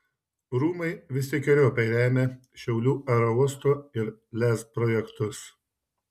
rūmai visokeriopai remia šiaulių aerouosto ir lez projektus